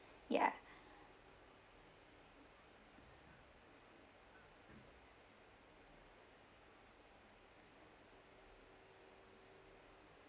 ya